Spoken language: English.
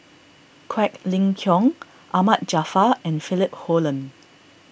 Quek Ling Kiong Ahmad Jaafar and Philip Hoalim